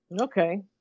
Okay